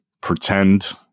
pretend